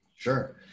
Sure